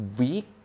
week